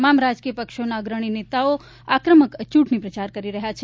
તમામ રાજકીય પક્ષોના અગ્રણી નેતાઓ આક્રમત ચૂંટણી પ્રચાર કરી રહ્યા છે